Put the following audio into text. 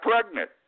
pregnant